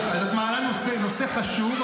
אז את מעלה נושא חשוב,